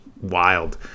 wild